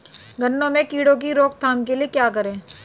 गन्ने में कीड़ों की रोक थाम के लिये क्या करें?